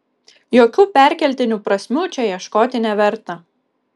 jokių perkeltinių prasmių čia ieškoti neverta